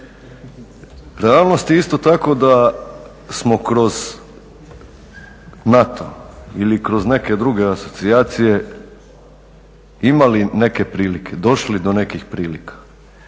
Realnost je isto tako da smo kroz NATO ili kroz neke druge asocijacije imali neke prilike, došli do nekih prilika.